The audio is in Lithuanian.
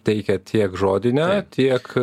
teikiat tiek žodinę tiek